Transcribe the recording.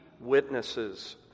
witnesses